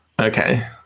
okay